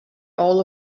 all